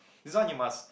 this one you must